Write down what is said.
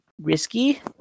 risky